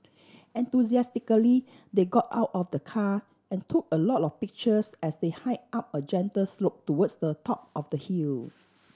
enthusiastically they got out of the car and took a lot of pictures as they hiked up a gentle slope towards the top of the hill